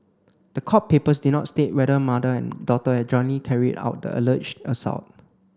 the court papers did not state whether mother and daughter had jointly carried out the alleged assault